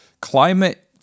climate